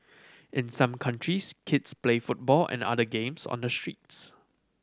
in some countries kids play football and other games on the streets